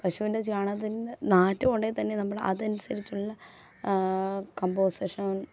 പശുവിൻ്റെ ചാണകത്തിന് നാറ്റമുണ്ടെങ്കിൽ തന്നെ നമ്മൾ അത് അനുസരിച്ചുള്ള കമ്പോസേഷൻ